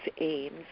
aims